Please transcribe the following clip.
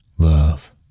love